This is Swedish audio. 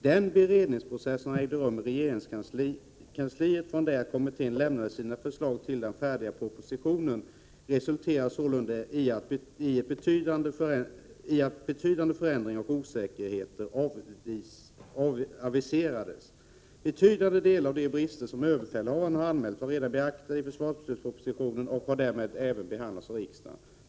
Den beredningsprocess som ägde rum i regeringskansliet från det att kommittén lämnade sina förslag till den färdiga propositionen resulterade sålunda i att betydande förändringar och osäkerheter aviserades. Betydande delar av de brister som överbefälhavaren har anmält var redan beaktade i försvarsbeslutspropositionen och har därmed även behandlats av riksdagen.